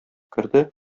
керде